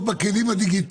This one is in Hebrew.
אין אדם "רוסי".